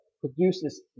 produces